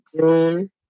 June